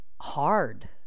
hard